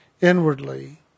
inwardly